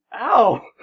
Ow